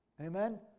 Amen